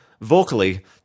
Vocally